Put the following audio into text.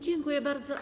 Dziękuję bardzo.